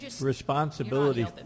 responsibility